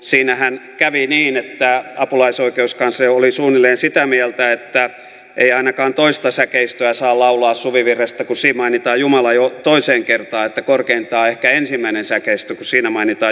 siinähän kävi niin että apulaisoikeuskansleri oli suunnilleen sitä mieltä että ei ainakaan toista säkeistöä saa laulaa kun siinä mainitaan jumala jo toiseen kertaan että korkeintaan ehkä ensimmäinen säkeistö kun siinä mainitaan jumala vain kerran